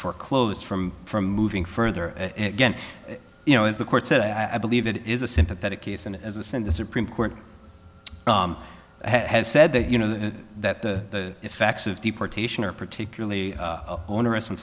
for clothes from from moving further and again you know as the court said i believe it is a sympathetic case and as a sin the supreme court has said that you know that the effects of deportation are particularly onerous and